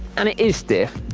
and it is stiff,